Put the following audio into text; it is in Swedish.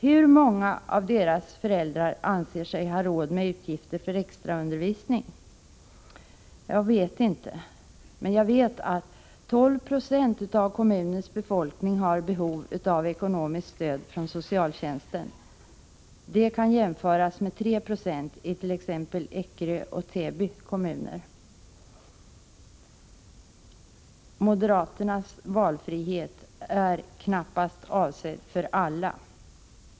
Hur många av deras föräldrar anser sig ha råd med utgifter för extra undervisning? Jag vet inte, men jag vet att 12 36 av kommunens befolkning har behov av ekonomiskt stöd från socialtjänsten. Det kan jämföras med 3 9c i t.ex. Ekerö och Täby kommuner. Moderaternas valfrihet är knappast avsedd för alla.